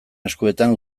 eskuetan